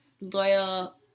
loyal